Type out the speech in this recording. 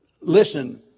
Listen